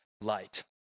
light